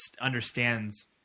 understands